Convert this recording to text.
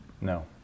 No